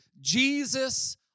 Jesus